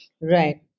right